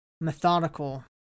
methodical